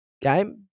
game